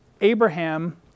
Abraham